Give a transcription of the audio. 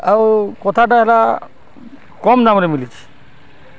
ଆଉ କଥାଟା ହେଲା କମ୍ ଦାମ୍ରେ ମିଲିଛେ